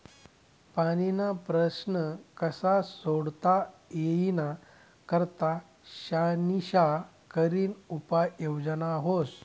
पाणीना प्रश्न कशा सोडता ई यानी करता शानिशा करीन उपाय योजना व्हस